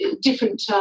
different